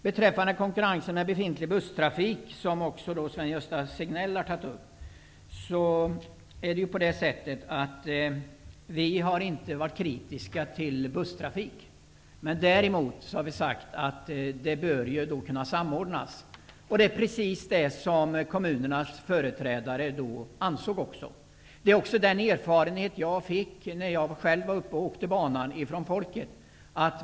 Beträffande konkurrensen med befintlig busstrafik, som Sven-Gösta Signell också har tagit upp, vill jag säga att vi inte har varit kritiska mot busstrafik. Däremot har vi sagt att en samordning bör kunna ske. Det är precis detta som också kommunernas företrädare har ansett. Det är även den uppgift som jag fick från befolkningen när jag reste på Inlandsbanan.